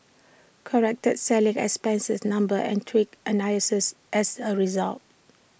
corrected selling expenses numbers and tweaked analyses as A result